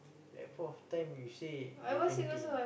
that point of time you say different thing